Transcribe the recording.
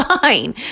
fine